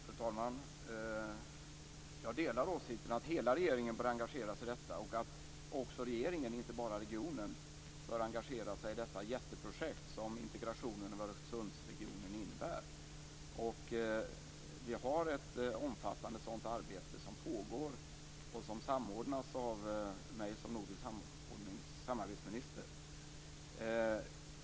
Fru talman! Jag delar åsikten att hela regeringen bör engageras i detta. Regeringen, inte bara regionen, bör engagera sig i det jätteprojekt som en integration av Öresundsregionen innebär. Det pågår ett omfattande sådant arbete, som samordnas av mig som nordisk samarbetsminister.